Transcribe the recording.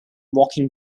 walking